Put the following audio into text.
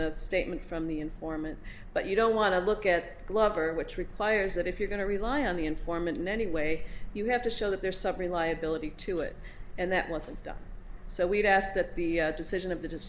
the statement from the informant but you don't want to look at glover which requires that if you're going to rely on the informant in any way you have to show that they're suffering liability to it and that wasn't done so we'd ask that the decision of the